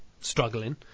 struggling